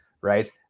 right